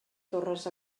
torres